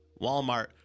Walmart